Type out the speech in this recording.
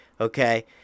Okay